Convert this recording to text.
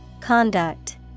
Conduct